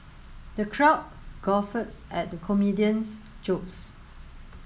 the crowd guffawed at the comedian's jokes